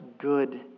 good